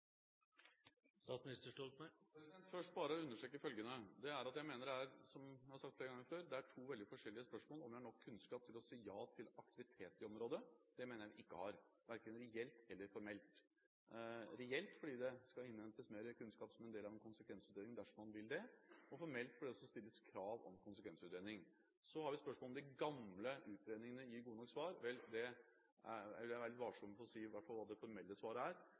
bare understreke følgende: Jeg mener det er – som jeg har sagt flere ganger før – to veldig forskjellige spørsmål. At vi har nok kunnskap til å si ja til aktivitet i området, mener jeg vi ikke har, verken reelt eller formelt, reelt fordi det skal innhentes mer kunnskap som en del av en konsekvensutredning, dersom man vil det, og formelt fordi det også stilles krav om konsekvensutredning. Så har vi spørsmålet om de gamle utredningene gir gode nok svar. Vel, jeg vil være litt varsom med i hvert fall å si hva det formelle svaret er,